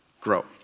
grow